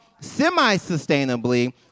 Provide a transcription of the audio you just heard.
semi-sustainably